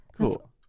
Cool